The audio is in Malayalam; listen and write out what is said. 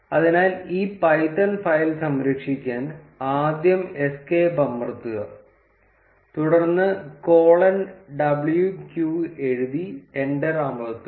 അതിനാൽ ഈ പൈത്തൺ ഫയൽ സംരക്ഷിക്കാൻ ആദ്യം എസ്കേപ്പ് അമർത്തുക തുടർന്ന് കോളൻ w q എഴുതി എന്റർ അമർത്തുക